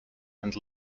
and